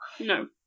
no